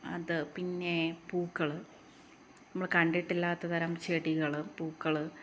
അത് പിന്നെ പൂക്കൾ നമ്മൾ കണ്ടിട്ടില്ലാത്ത തരം ചെടികൾ പൂക്കൾ